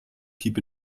keep